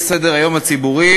על סדר-היום הציבורי,